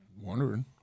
wondering